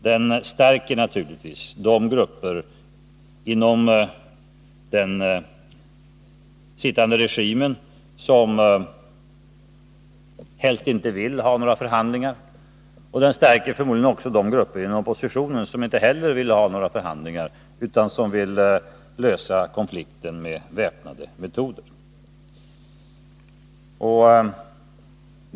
De stärker naturligtvis de grupper inom den sittande regimen som helst inte vill ha några förhandlingar, och de stärker de grupper inom oppositionen som inte heller vill ha några förhandlingar utan vill lösa konflikten med väpnade metoder.